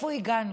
לאיפה הגענו?